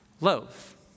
loaf